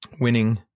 winning